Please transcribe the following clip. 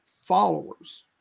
followers